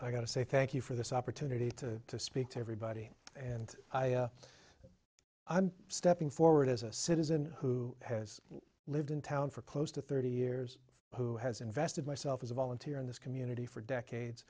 i got to say thank you for this opportunity to speak to everybody and i'm stepping forward as a citizen who has lived in town for close to thirty years who has invested myself as a volunteer in this community for decades